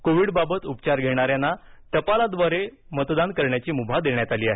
कोविडबाबत उपचार घेणाऱ्यांना टपालाद्वारे मतदान करण्याची मुभा देण्यात आली आहे